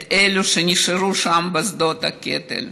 את אלה שנשארו שם בשדות הקטל,